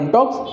Talks